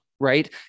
right